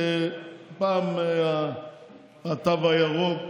פעם התו הירוק,